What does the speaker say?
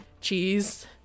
cheese